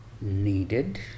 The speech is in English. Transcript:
needed